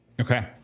Okay